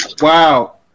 Wow